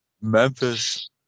Memphis